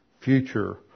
future